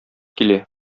килә